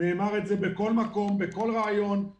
נאמר את זה בכל מקום, בכל ריאיון,